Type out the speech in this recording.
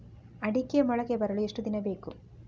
ಅಡಿಕೆ ಮೊಳಕೆ ಬರಲು ಎಷ್ಟು ದಿನ ಬೇಕು?